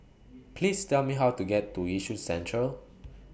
Please Tell Me How to get to Yishun Central